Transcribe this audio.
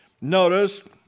Notice